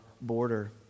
border